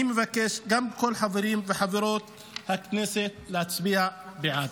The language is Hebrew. אני מבקש גם מכל החברים וחברות הכנסת להצביע בעד.